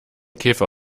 käfer